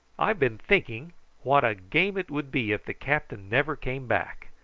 i've been thinking what a game it would be if the captain never came back.